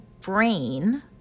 brain